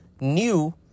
new